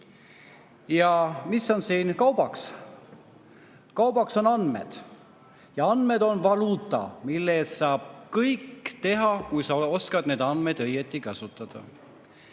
Ja mis on siin kaubaks? Kaubaks on andmed. Andmed on valuuta, mille eest saab kõike teha, kui sa oskad neid andmeid õigesti kasutada.